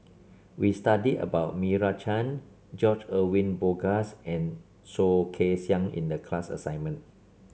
we studied about Meira Chand George Edwin Bogaars and Soh Kay Siang in the class assignment